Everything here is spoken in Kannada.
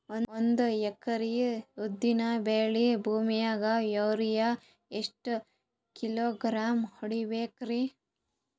ಒಂದ್ ಎಕರಿ ಉದ್ದಿನ ಬೇಳಿ ಭೂಮಿಗ ಯೋರಿಯ ಎಷ್ಟ ಕಿಲೋಗ್ರಾಂ ಹೊಡೀಬೇಕ್ರಿ?